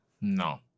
No